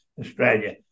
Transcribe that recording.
Australia